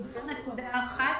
זו נקודה אחת.